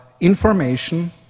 information